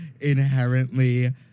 inherently